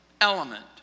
element